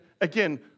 again